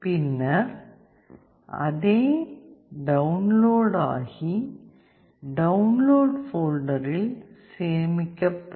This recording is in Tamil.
பின்னர் அதே அது டவுன்லோட் ஆகி டவுன்லோட் போல்டரில் சேமிக்கப்படும்